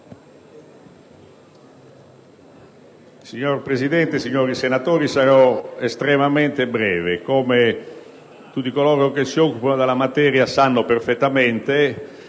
Signora Presidente, signori senatori, sarò estremamente breve. Come tutti coloro che si occupano della materia sanno perfettamente,